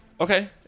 Okay